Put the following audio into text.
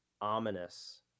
ominous